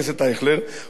או של זה שיושב מימינך,